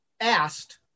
asked